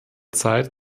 zeit